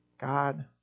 god